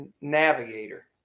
navigator